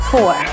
Four